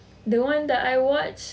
the one that I watch